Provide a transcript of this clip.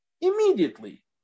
immediately